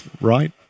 right